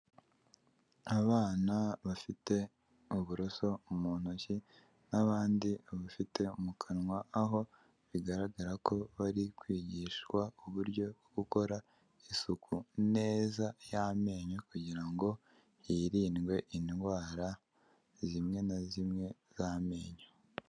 Abana bafite uburoso mu ntoki n’abandi babufite mu kanwa, aho bigaragara ko bari kwigishwa uburyo bwo gukora isuku neza y’amenyo, kugira ngo hirindwe indwara zimwe na zimwe z’amenyo.